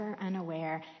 unaware